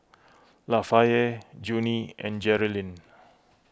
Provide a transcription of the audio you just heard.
Lafayette Junie and Jerilynn